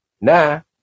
Now